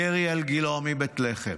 ירי על גילה מבית לחם.